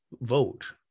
vote